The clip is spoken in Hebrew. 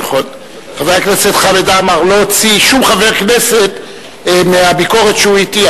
חבר הכנסת חמד עמאר לא הוציא שום חבר כנסת מהביקורת שהוא הטיח.